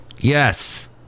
yes